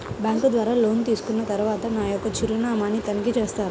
Bank ద్వారా loan తీసుకున్న తరువాత నా యొక్క చిరునామాని తనిఖీ చేస్తారా?